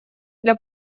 для